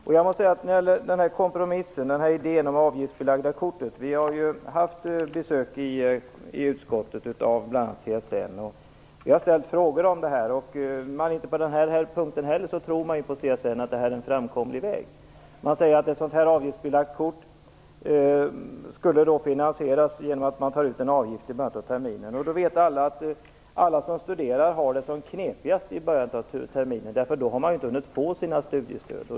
När det gäller kompromissen, idén om det avgiftsbelagda kortet, har vi i utskottet haft besök av bl.a. CSN. Vi har ställt frågor om detta. Inte heller på den här punkten tror man på CSN att det är en framkomlig väg. Ett avgiftsbelagt kort skulle finansieras genom att det tas ut en avgift i början av terminen. Alla vet att de som studerar har det knepigast i början av terminen, eftersom de inte har hunnit få sina studiestöd.